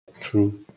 True